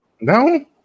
No